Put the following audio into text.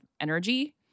energy